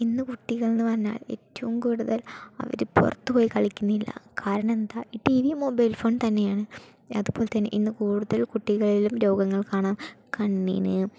ഇന്നു കുട്ടികൾ എന്ന് പറഞ്ഞാൽ ഏറ്റവും കൂടുതൽ അവർ പുറത്തുപോയി കളിക്കുന്നില്ല കാരണം എന്താ ടീവി മൊബൈൽ ഫോൺ തന്നെയാണ് അതു പോലെ തന്നെ ഇന്നു കൂടുതൽ കുട്ടികൾ രോഗങ്ങൾ കാണാം കണ്ണിന്